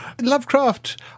Lovecraft